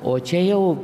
o čia jau